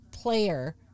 player